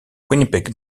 winnipeg